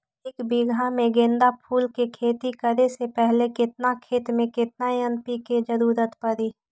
एक बीघा में गेंदा फूल के खेती करे से पहले केतना खेत में केतना एन.पी.के के जरूरत परी?